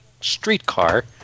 streetcar